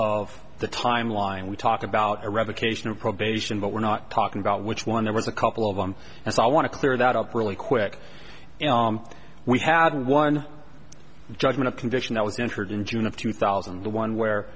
of the time line we talk about eradication of probation but we're not talking about which one there was a couple of them and so i want to clear that up really quick we have one judgment a condition that was entered in june of two thousand and one where